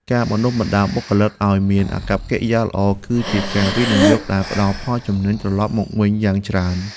ការបណ្ដុះបណ្ដាលបុគ្គលិកឱ្យមានអាកប្បកិរិយាល្អ គឺជាការវិនិយោគដែលផ្ដល់ផលចំណេញត្រឡប់មកវិញយ៉ាងច្រើន។